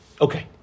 Okay